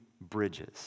bridges